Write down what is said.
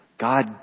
God